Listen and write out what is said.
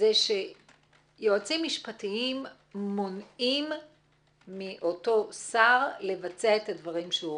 שיועצים משפטיים מונעים מאותו שר לבצע את הדברים שהוא רוצה.